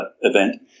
event